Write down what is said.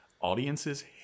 audiences